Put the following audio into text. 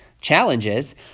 challenges